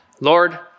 Lord